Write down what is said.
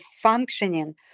functioning